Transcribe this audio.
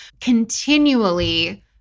Continually